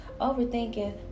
Overthinking